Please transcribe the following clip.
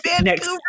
Next